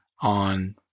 on